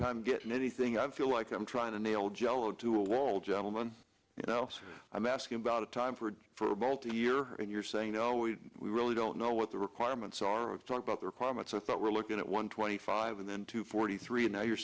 time getting anything i feel like i'm trying to nail jello to a wall gentleman you know i'm asking about a time for both a year and you're saying no we really don't know what the requirements are of talk about the requirements i thought we're looking at one twenty five and then two forty three now you're